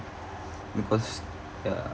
because ya